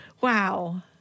Wow